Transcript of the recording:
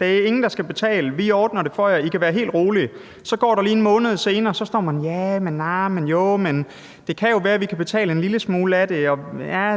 Der er ingen, der skal betale, vi ordner det for jer, I kan være helt rolige. Så går der lige en måned, og så står man og siger jah, men, nja, men, joh, men det kan være, at vi kan betale en lille smule af det, og